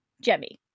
Jemmy